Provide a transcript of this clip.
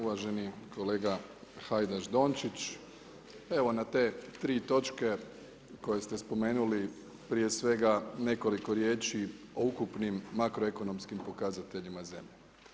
Uvaženi kolega Hajdaš Dončić, evo na te tri točke koje ste spomenuli prije svega nekoliko riječi o ukupnim makroekonomskim pokazateljima zemlje.